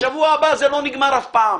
ה"שבוע הבא" הזה לא נגמר אף פעם.